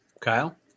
Kyle